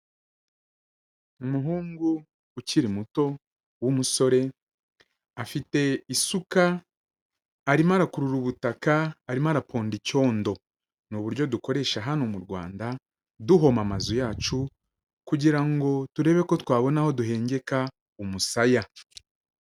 Umuhungu ukiri muto w'umusore, afite isuka arimo arakurura ubutaka, arimo araponda icyondo, ni uburyo dukoresha hano mu Rwanda duhoma amazu yacu, kugira ngo turebe ko twabona aho duhengeka umusaya.